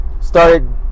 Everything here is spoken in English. Started